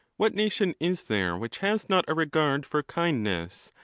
what nation is there which has not a regard for kindness,